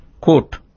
Quote